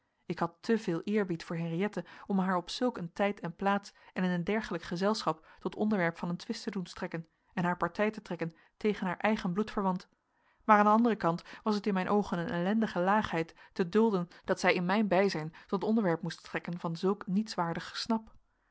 ik had te veel eerbied voor henriëtte om haar op zulk een tijd en plaats en in een dergelijk gezelschap tot onderwerp van een twist te doen strekken en haar partij te trekken tegen haar eigen bloedverwant maar aan een anderen kant was het in mijn oogen een ellendige laagheid te dulden dat zij in mijn bijzijn tot onderwerp moest strekken van zulk nietswaardig gesnap